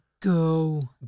Go